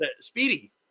Speedy